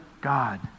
God